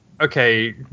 okay